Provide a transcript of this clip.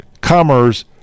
commerce